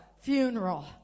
funeral